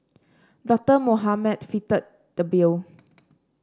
Doctor Mohamed fitted the bill